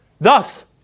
Thus